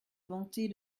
vanter